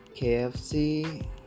KFC